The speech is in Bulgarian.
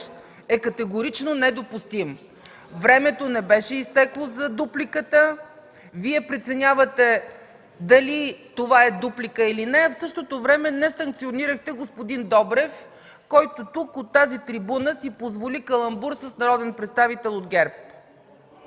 е категорично недопустим! Времето за дупликата не беше изтекло. Вие преценявате дали това е дуплика или не, а в същото време не санкционирахте господин Добрев, който от тази трибуна си позволи каламбур с народен представител от ГЕРБ.